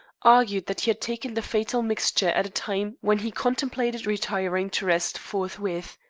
argued that he had taken the fatal mixture at a time when he contemplated retiring to rest forthwith.